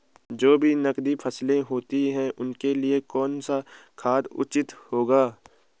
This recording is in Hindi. जो भी नकदी फसलें होती हैं उनके लिए कौन सा खाद उचित होगा?